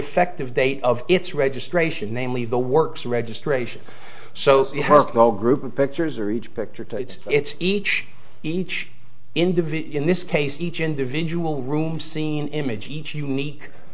effective date of its registration namely the works registration so it has no group of pictures or each picture to its its each each individual in this case each individual room scene image each unique